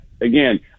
again